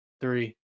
three